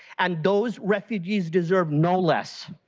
and those refugees deserve no less.